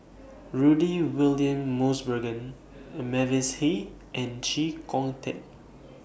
Rudy William Mosbergen Mavis Hee and Chee Kong Tet